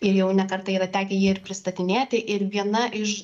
ir jau ne kartą yra tekę jį ir pristatinėti ir viena iš